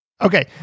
Okay